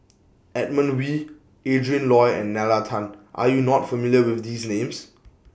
Edmund Wee Adrin Loi and Nalla Tan Are YOU not familiar with These Names